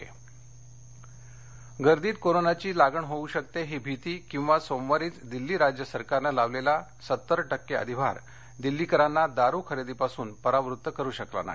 दारू पेट्रोल गर्दीत कोरोनाची लागण होवू शकते ही भीति किंवा सोमवारीच दिल्ली राज्य सरकारनं लावलेला सत्तर टक्के अधिभार दिल्लीकरांना दारू खरेदीपासून परावृत्त करू शकला नाही